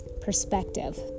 perspective